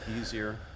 easier